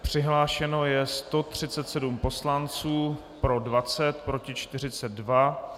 Přihlášeno je 137 poslanců, pro 20, proti 42.